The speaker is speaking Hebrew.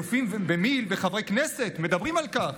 אלופים במיל' וחברי כנסת מדברים על כך.